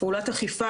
פעולת אכיפה,